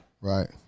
Right